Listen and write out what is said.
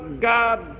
God